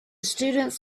students